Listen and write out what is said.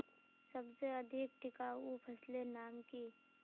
सबसे अधिक टिकाऊ फसलेर नाम की?